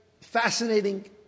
fascinating